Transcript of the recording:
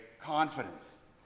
confidence